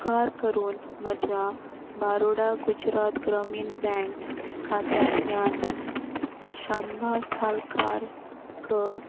उपकार करून म्हज्या बारोडा गुजरात ग्रामीण बँक खात्यांतल्यान शांबा साळकाराक